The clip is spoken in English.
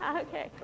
okay